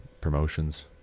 Promotions